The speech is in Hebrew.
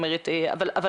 זה דורש את הסמכת שר הפנים.